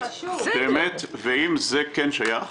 באמת, וזה כן שייך,